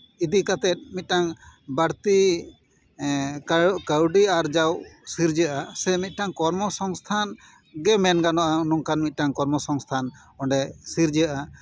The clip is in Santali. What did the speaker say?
ᱤᱫᱤ ᱠᱟᱛᱮᱫ ᱢᱤᱫᱴᱟᱝ ᱵᱟᱹᱲᱛᱤ ᱮᱜ ᱠᱟᱹᱣᱰᱤ ᱟᱨᱡᱟᱣ ᱥᱤᱨᱡᱟᱹᱜᱼᱟ ᱥᱮ ᱢᱤᱫᱴᱟᱱ ᱠᱚᱨᱢᱚ ᱥᱚᱝᱥᱛᱷᱟᱱ ᱜᱮ ᱢᱮᱱ ᱜᱟᱱᱚᱜᱼᱟ ᱱᱚᱝᱠᱟᱱ ᱢᱤᱫᱴᱟᱱ ᱠᱚᱨᱢᱚᱥᱚᱝᱥᱛᱷᱟᱱ ᱚᱸᱰᱮ ᱥᱤᱨᱡᱟᱹᱜᱼᱟ